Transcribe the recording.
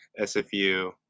SFU